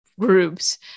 groups